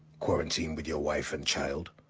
quarantine with your wife and child?